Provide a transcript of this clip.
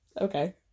okay